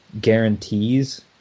guarantees